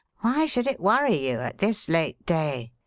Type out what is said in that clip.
why should it worry you at this late day?